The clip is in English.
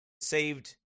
Saved